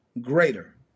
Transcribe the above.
greater